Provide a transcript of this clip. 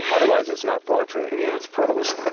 otherwise, it's not poetry. yeah it's prose,